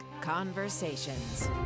Conversations